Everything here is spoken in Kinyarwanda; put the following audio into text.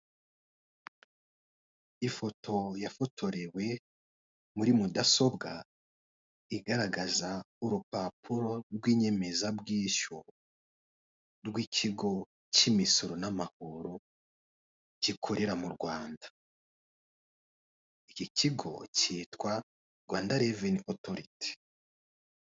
Ifoto yafotorewe muri mudasobwa igaragaza urupapuro rw'inyemeza bwishyu rw'ikigo k'imisoro n'amahoro gikorera mu Rwanda, iki kigo kitwa Rwanda reveni otoriti.